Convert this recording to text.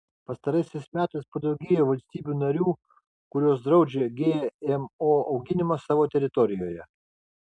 pastaraisiais metais padaugėjo valstybių narių kurios draudžia gmo auginimą savo teritorijoje